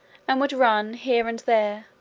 and would run here and there,